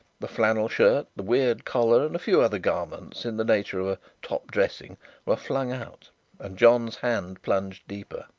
the flannel shirt, the weird collar and a few other garments in the nature of a top-dressing were flung out and john's hand plunged deeper.